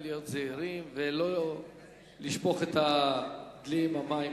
עדיין צריך להיות זהירים ולא לשפוך את הילד עם המים,